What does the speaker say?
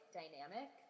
dynamic